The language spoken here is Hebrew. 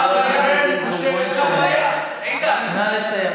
חבר הכנסת גינזבורג, נא לסיים.